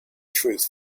truth